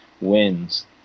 wins